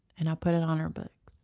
and i put it on her bunk.